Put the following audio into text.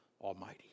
Almighty